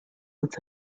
with